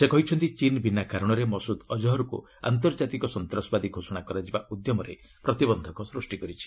ସେ କହିଛନ୍ତି ଚୀନ୍ ବିନା କାରଣରେ ମସୁଦ୍ ଅଜହର୍କୁ ଆନ୍ତର୍ଜାତିକ ସନ୍ତାସବାଦୀ ଘୋଷଣା କରାଯିବା ଉଦ୍ୟମରେ ପ୍ରତିବନ୍ଧକ ସୃଷ୍ଟି କରିଛି